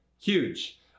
huge